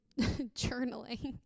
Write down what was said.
journaling